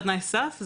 תנאי הסף,